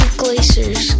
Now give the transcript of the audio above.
glaciers